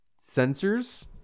sensors